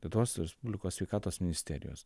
lietuvos respublikos sveikatos ministerijos